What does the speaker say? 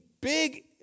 big